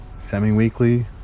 semi-weekly